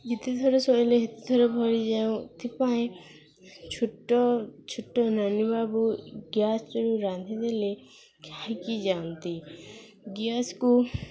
ଯେତେ ଥର ସରିଲେ ସେତେ ଥର ଭରିଯାଉ ଥିପାଇଁ ଛୋଟ ଛୋଟ ନନୀ ବାବୁ ଗ୍ୟାସରୁ ରାନ୍ଧିଦେଲେ ଖାଇକି ଯାଆନ୍ତି ଗ୍ୟାସକୁ